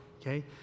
okay